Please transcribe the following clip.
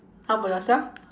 how about yourself